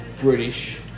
British